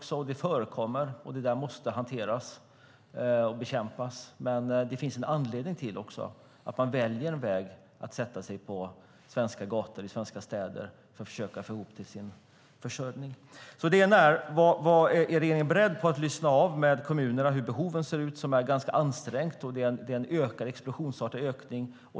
Sådant förekommer, och det måste hanteras och bekämpas. Men det finns också en anledning till att man väljer att sätta sig på gator i svenska städer för att försöka få ihop till sin försörjning. Det ena är alltså: Är regeringen beredd att lyssna av med kommunerna hur behoven ser ut? Situationen är ganska ansträngd, och det är en explosionsartad ökning.